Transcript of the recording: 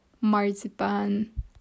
marzipan